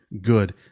good